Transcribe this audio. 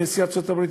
יונתן,